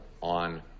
On